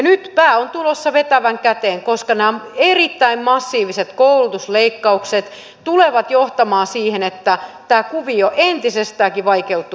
nyt pää on tulossa vetävän käteen koska nämä erittäin massiiviset koulutusleikkaukset tulevat johtamaan siihen että tämä kuvio entisestäänkin vaikeutuu